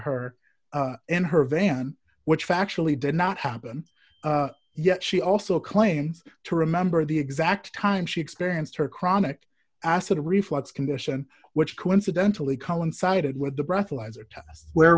her in her van which factually did not happen yet she also claims to remember the exact time she experienced her chronic acid reflux condition which coincidentally coincided with the